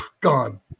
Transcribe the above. gone